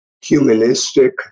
humanistic